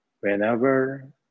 Whenever